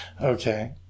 Okay